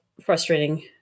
frustrating